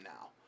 now